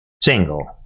single